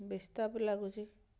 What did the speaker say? ବିଜାର ଲାଗୁଛି